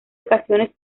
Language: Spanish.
ocasiones